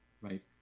right